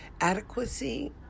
adequacy